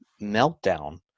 Meltdown